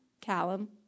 Callum